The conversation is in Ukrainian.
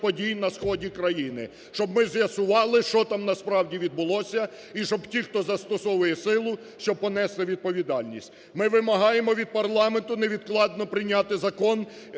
Ми вимагаємо від парламенту невідкладно прийняти Закон